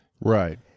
Right